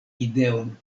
ideon